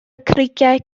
creigiau